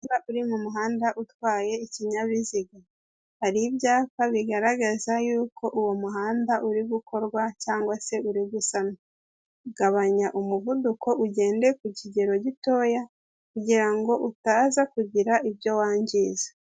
Waba uri mu muhanda utwaye ikinyabiziga? hari ibyapa bigaragaza yuko uwo muhanda uri gukorwa cyangwa se uri gusanwa gabanya umuvuduko ugende ku kigero gitoya kugira ngo utaza kugira ibyo wangiza.